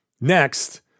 next